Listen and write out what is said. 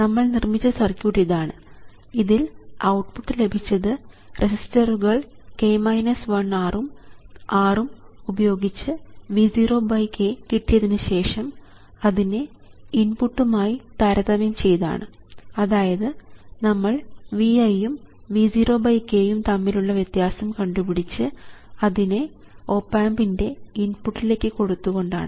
നമ്മൾ നിർമ്മിച്ച സർക്യൂട്ട് ഇതാണ് ഇതിൽ ഔട്ട്പുട്ട് ലഭിച്ചത് റസിസ്റ്ററുകൾ R ഉം R ഉം ഉപയോഗിച്ച് V 0 k കിട്ടിയതിനുശേഷം അതിനെ ഇൻപുട്ട് ഉം ആയി താരതമ്യം ചെയ്താണ് അതായത് നമ്മൾ V i ഉം V 0 k ഉം തമ്മിലുള്ള വ്യത്യാസം കണ്ടുപിടിച്ച് അതിനെ ഓപ് ആമ്പിൻറെ ഇൻപുട്ടിലേക്ക് കൊടുത്തുകൊണ്ടാണ്